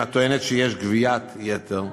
אם את טוענת שיש גביית יתר.